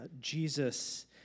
Jesus